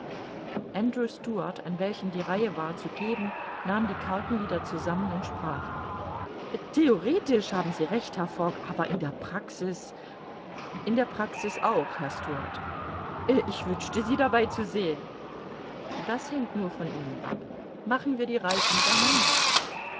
stuart an welchem die reihe war zu geben nahm die karten wieder zusammen und sprach theoretisch haben sie recht herr fogg aber in der praxis in der praxis auch herr stuart ich wünschte sie dabei zu sehen das hängt nur von ihnen ab machen wir die reise mit